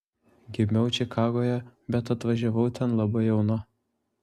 gimiau čikagoje bet atvažiavau ten labai jauna